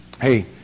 Hey